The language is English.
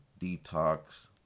detox